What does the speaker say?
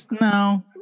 No